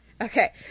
Okay